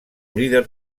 líder